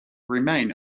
remain